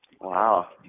wow